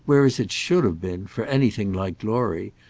whereas it should have been, for anything like glory,